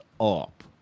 up